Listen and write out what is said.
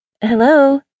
Hello